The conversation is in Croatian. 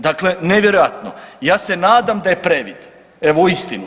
Dakle nevjerojatno, ja se nadam da je previd, evo, uistinu.